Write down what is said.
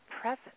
present